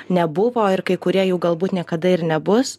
nebuvo ir kai kurie jų galbūt niekada ir nebus